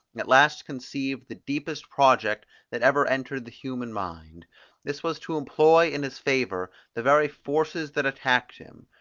at last conceived the deepest project that ever entered the human mind this was to employ in his favour the very forces that attacked him,